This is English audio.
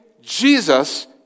Jesus